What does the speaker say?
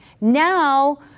Now